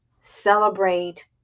celebrate